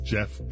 Jeff